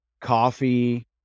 coffee